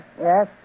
Yes